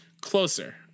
closer